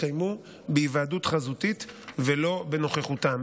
יתקיימו בהיוועדות חזותית ולא בנוכחותם,